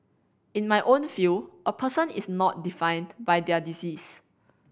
in my own field a person is not defined by their disease